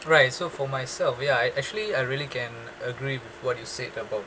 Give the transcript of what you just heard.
right so for myself ya I actually I really can agree with what you said about